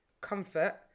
comfort